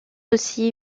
aussi